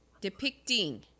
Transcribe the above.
depicting